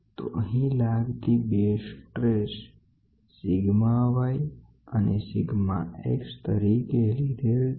તો અંહી લાગતી બે સ્ટ્રેસ સિગ્મા y અને સિગ્મા x તરીકે લીધેલ છે